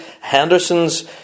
Henderson's